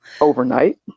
overnight